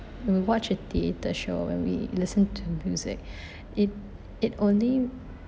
when we watch a theatre show when we listen to music it it only